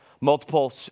multiple